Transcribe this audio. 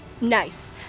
Nice